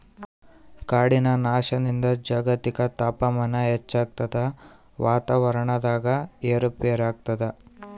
ಕಾಡಿನ ನಾಶದಿಂದ ಜಾಗತಿಕ ತಾಪಮಾನ ಹೆಚ್ಚಾಗ್ತದ ವಾತಾವರಣದಾಗ ಏರು ಪೇರಾಗ್ತದ